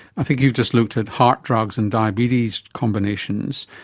i think you just looked at heart drugs and diabetes combinations,